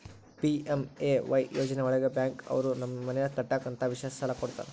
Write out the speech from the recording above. PMAY ಯೋಜನೆ ಒಳಗ bank ಅವ್ರು ಮನೆ ಕಟ್ಟಕ್ ಅಂತ ವಿಶೇಷ ಸಾಲ ಕೂಡ ಕೊಡ್ತಾರ